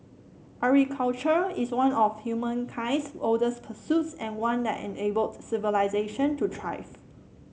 agriculture is one of humankind's oldest pursuits and one that enabled civilisation to thrive